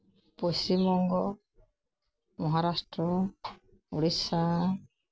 Paschim Banga Maharashtra Odisha